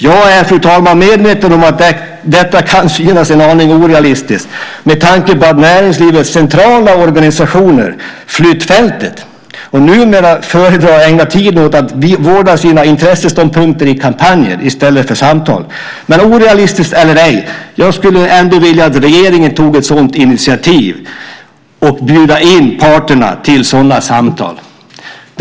Jag är, fru talman, medveten om att detta kan synas en aning orealistiskt med tanke på att näringslivets centrala organisationer flytt fältet och numera föredrar att ägna tiden åt att vårda sina intresseståndpunkter i kampanjer i stället för i samtal. Orealistiskt eller ej, jag skulle ändå vilja att regeringen tog ett sådant initiativ och bjöd in parterna till sådana samtal.